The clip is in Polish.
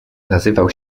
nazywał